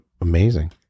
amazing